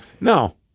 No